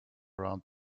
around